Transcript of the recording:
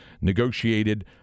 negotiated